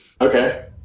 Okay